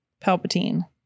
Palpatine